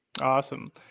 Awesome